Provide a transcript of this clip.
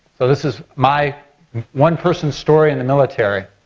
so this is my one person story in the military.